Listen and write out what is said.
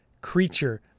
creature